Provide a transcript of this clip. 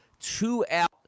two-out